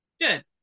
good